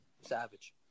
savage